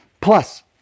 plus